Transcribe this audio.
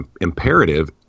imperative